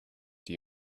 die